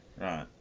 Right